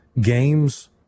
games